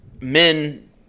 men